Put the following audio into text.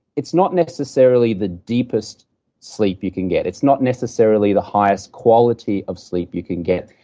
it's not necessarily the deepest sleep you can get. it's not necessarily the highest quality of sleep you can get,